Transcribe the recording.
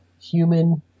human